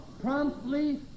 promptly